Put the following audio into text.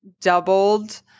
doubled